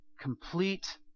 complete